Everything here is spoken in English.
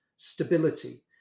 Stability